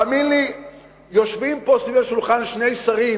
תאמין לי שיושבים פה סביב השולחן שני שרים